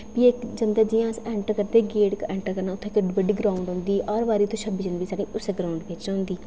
फ्ही इक जंदे जियां ऐंटर करदे गेट ऐंटर करना उत्थै इक बड्डी ग्राउंड औंदी हर बारी उत्थै छब्बी जनवरी उस्सै ग्राउंड बिच्च होंदी